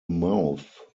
mouth